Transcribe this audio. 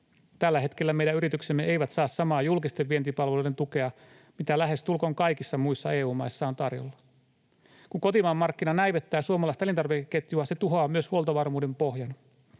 Tällä hetkellä meidän yrityksemme eivät saa samaa julkisten vientipalveluiden tukea, mitä lähestulkoon kaikissa muissa EU-maissa on tarjolla. Kun kotimaan markkina näivettää suomalaista elintarvikeketjua, se tuhoaa myös huoltovarmuuden pohjan.